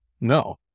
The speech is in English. No